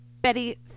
Betty